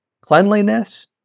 cleanliness